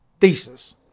thesis